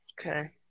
Okay